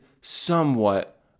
somewhat